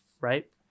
right